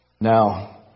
Now